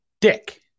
dick